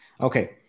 Okay